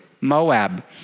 Moab